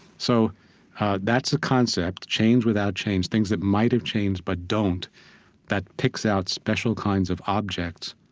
so that's a concept, change without change things that might have changed, but don't that picks out special kinds of objects,